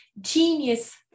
genius